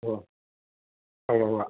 ഓ ഉവ്വ് ഉവ്വ്